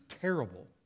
terrible